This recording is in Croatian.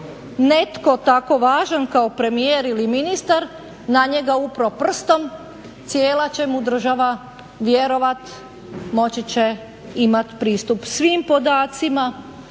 netko tako važan kao premijer ili ministar na njega upro prstom cijela će mu država vjerovati, moći će imati pristup svim podacima